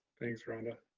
thanks, rhonda.